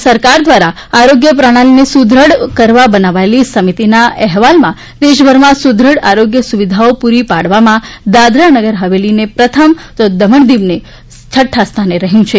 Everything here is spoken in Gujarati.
ભારત સરકાર દ્વારા આરોગ્ય પ્રણાલીને સુદ્રઢ કરવા બનાવાયેલી સમિતિના અહેવાલમાં દેશભરમાં સુદ્રઢ આરોગ્ય સુવિધાઓ પુરી પાડવામાં દાદરા નગર હવેલી પ્રથમ તો દમણ દીવ છઠ્ઠા સ્થાને રહ્યું છે